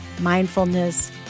mindfulness